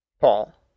Paul